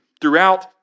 throughout